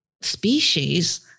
species